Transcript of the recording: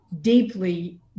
deeply